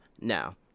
now